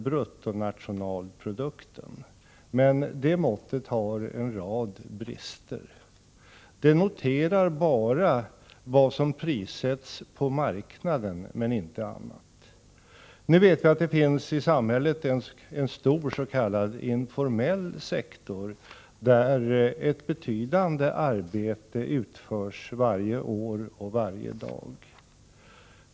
bruttonationalprodukten, men det måttet har en rad brister. Det noterar bara vad som prissätts på marknaden men inte annat. Nu vet vi att det i samhället finns en stor s.k. informell sektor där ett betydande arbete utförs varje år och varje dag.